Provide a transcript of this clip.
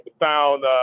found